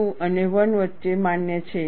2 અને 1 વચ્ચે માન્ય છે